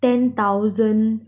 ten thousand